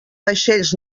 vaixells